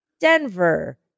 Denver